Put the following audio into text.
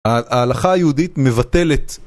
ההלכה היהודית מבטלת